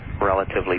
relatively